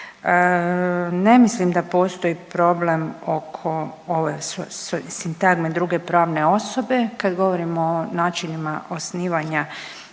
Ne mislim da postoji problem oko ove sintagme druge pravne osobe, kad govorimo o načinima osnivanja